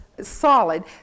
solid